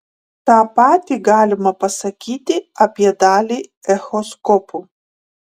tą patį galima pasakyti apie dalį echoskopų